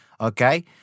Okay